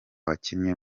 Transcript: wakinnye